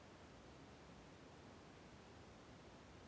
ಜೋಳವು ಯಾವ ಪ್ರಭೇದಕ್ಕೆ ಸೇರುತ್ತದೆ?